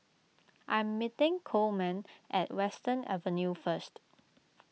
I'm meeting Coleman at Western Avenue first